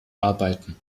arbeiten